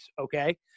okay